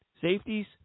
Safeties